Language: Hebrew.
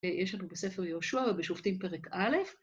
‫יש לנו בספר יהושע ‫ובשופטים פרק א'.